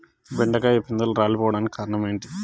బెండకాయ పిందెలు రాలిపోవడానికి కారణం ఏంటి?